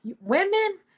women